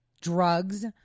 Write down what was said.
drugs